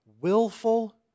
willful